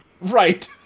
Right